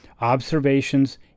Observations